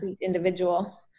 individual